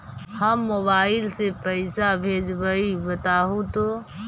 हम मोबाईल से पईसा भेजबई बताहु तो?